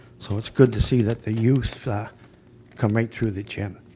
so it's good to see that the youth come right through the gym.